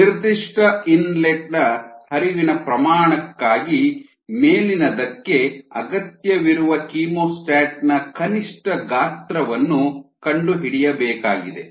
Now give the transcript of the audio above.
ನಿರ್ದಿಷ್ಟ ಇನ್ಲೆಟ್ ನ ಹರಿವಿನ ಪ್ರಮಾಣಕ್ಕಾಗಿ ಮೇಲಿನದಕ್ಕೆ ಅಗತ್ಯವಿರುವ ಕೀಮೋಸ್ಟಾಟ್ನ ಕನಿಷ್ಠ ಗಾತ್ರವನ್ನು ಕಂಡುಹಿಡಿಯಬೇಕಾಗಿದೆ